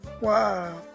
Wow